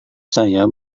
saya